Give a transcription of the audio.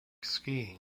skiing